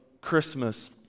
Christmas